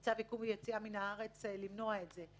בעזרת צו עיכוב יציאה מהארץ למנוע את זה.